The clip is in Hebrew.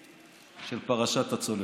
של פרשת הצוללות.